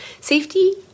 safety